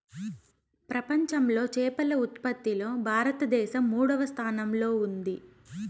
ప్రపంచంలో చేపల ఉత్పత్తిలో భారతదేశం మూడవ స్థానంలో ఉంది